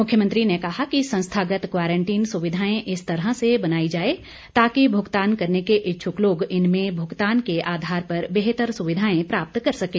मुख्यमंत्री ने कहा कि संस्थागत क्वारंटीन सुविधाएं इस तरह से बनाई जाएं ताकि भुगतान करने के इच्छुक लोग इनमें भुगतान के आधार पर बेहतर सुविधाएं प्राप्त कर सकें